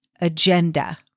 agenda